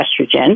estrogen